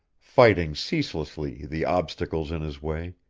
fighting ceaselessly the obstacles in his way,